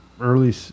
early